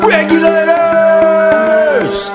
Regulators